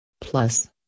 Plus